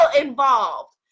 involved